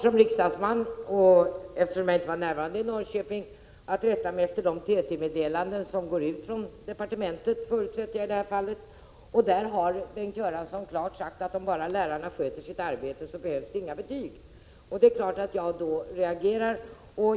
Herr talman! Eftersom jag inte var närvarande i Norrköping har jag som riksdagsman att rätta mig efter de TT-meddelanden som går ut — från departementet, förutsätter jag, i det här fallet. I TT-meddelandet har Bengt Göransson klart uttalat att om lärarna bara sköter sitt arbete behövs det inga betyg. Det är klart att jag då reagerar.